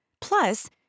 Plus